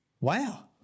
Wow